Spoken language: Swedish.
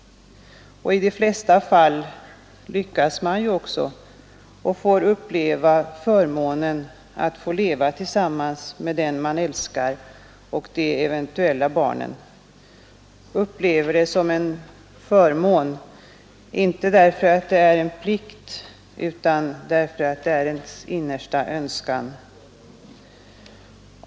I de flesta fall lyckas man ju också och får uppleva förmånen att leva tillsammans med den man älskar och de eventuella barnen, uppleva det som en förmån inte därför att det är en plikt utan därför att det är ens innersta önskan.